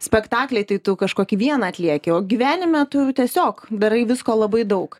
spektaklyje tai tu kažkokį vieną atlieki o gyvenime tu tiesiog darai visko labai daug